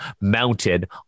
mounted